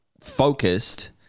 focused